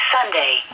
Sunday